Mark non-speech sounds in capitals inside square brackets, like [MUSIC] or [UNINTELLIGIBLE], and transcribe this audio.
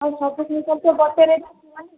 ଆଉ ସବୁ ଜିନିଷ ଉପରେ ଗୋଟେ ରେଟ୍ [UNINTELLIGIBLE]